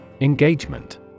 Engagement